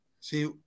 See